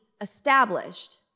established